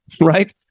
right